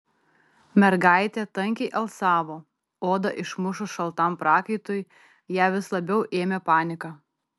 mergaitė tankiai alsavo odą išmušus šaltam prakaitui ją vis labiau ėmė panika